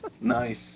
Nice